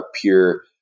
pure